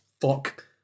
Fuck